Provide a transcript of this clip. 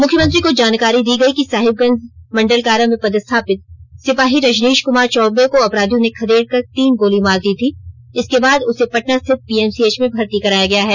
मुख्यमंत्री को जानकारी दी गई कि साहिबगंज मंडलकारा में पदस्थापित सिपाही रजनीश कुमार चौबे को अपराधियों ने खदेड़ कर तीन गोली मार दी थी इसके बाद उसे पटना स्थित पीएमसीएच में भर्ती कराया गया है